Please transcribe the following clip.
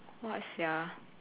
what sia